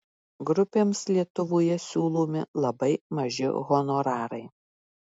grupėms lietuvoje siūlomi labai maži honorarai